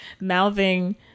mouthing